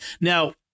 Now